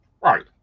Right